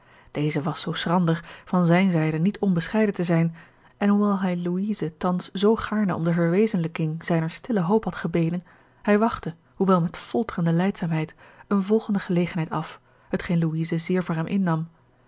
deze was zoo schrander van zijne zijde niet onbescheiden te zijn en hoewel hij louise thans zoo gaarne om de verwezenlijking zijner stille hoop had gebeden hij wachtte hoewel met folterende lijdzaamheid eene volgende gelegenheid af hetgeen louise zeer voor hem innam